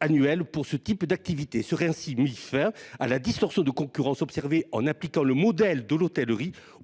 annuels pour cette activité. Il serait ainsi mis fin à la distorsion de concurrence observée en appliquant le modèle de l’hôtellerie